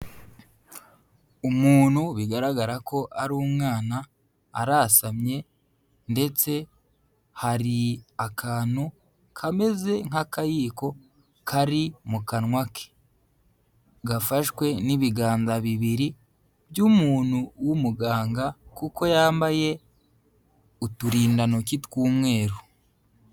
Umuntu bigaragara ko ari umwana, arasamye ndetse hari akantu kameze nk'akayiko kari mu kanwa ke, gafashwe n'ibiganza bibiri by'umuntu w'umuganga kuko yambaye uturindantoki tw'umweru.